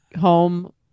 home